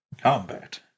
Combat